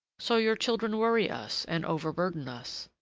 so your children worry us and overburden us.